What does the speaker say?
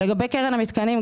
לגבי קרן המתקנים.